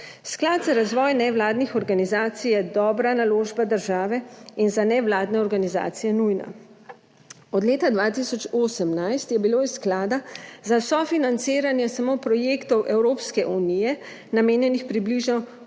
Sklad za razvoj nevladnih organizacij je dobra naložba države in za nevladne organizacije nujna. Od leta 2018 je bilo iz sklada za sofinanciranje samo projektov Evropske unije namenjenih približno